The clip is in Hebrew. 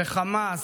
שחמאס,